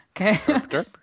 Okay